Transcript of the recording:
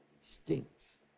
stinks